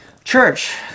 Church